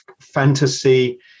fantasy